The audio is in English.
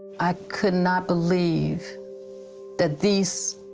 i could not believe that these